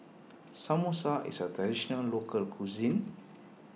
Samosa is a Traditional Local Cuisine